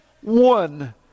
one